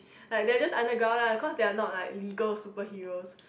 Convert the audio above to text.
like they just underground lah cause they are not like legal superhero